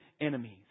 enemies